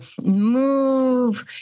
move